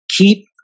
keep